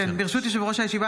ברשות יושב-ראש הישיבה,